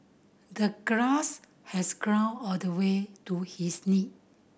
the grass has grown all the way to his knee